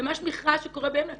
זה ממש מכרז שקורה בימים האלה.